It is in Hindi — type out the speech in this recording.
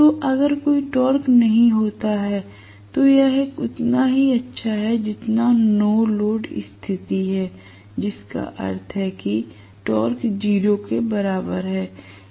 तो अगर कोई टॉर्क नहीं है तो यह उतना अच्छा है जितना नो लोड स्थिति है जिसका अर्थ है कि टॉर्क 0 के बराबर है